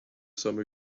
some